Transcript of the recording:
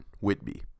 Whitby